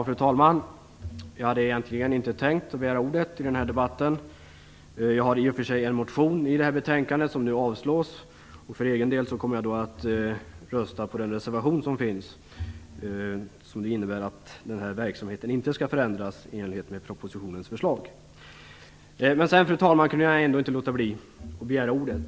Fru talman! Jag hade egentligen inte tänkt att begära ordet i denna debatt. Jag har i och för sig en motion i betänkandet som nu avslås. För egen del kommer jag att rösta på reservationen, som innebär att verksamheten inte skall förändras i enlighet med propositionens förslag. Men jag kunde, fru talman, ändå inte låta bli att begära ordet.